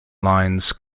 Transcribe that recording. lines